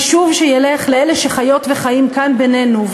חשוב שילך לאלה שחיות וחיים כאן בינינו,